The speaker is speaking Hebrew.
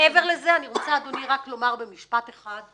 מעבר לזה אני רוצה, אדוני, רק לומר במשפט אחד.